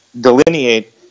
delineate